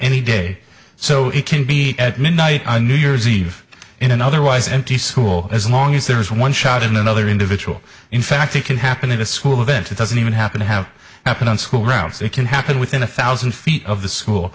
any day so it can be at midnight on new year's eve in an otherwise empty school as long as there is one shot in another individual in fact it can happen in a school event it doesn't even happen to have happened on school grounds it can happen within a thousand feet of the school